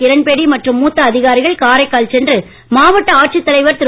கிரண்பேடிமற்றும்மூத்தஅதிகாரிகள்காரைக் கால்சென்று மாவட்டஆட்சித்தலைவர்திரு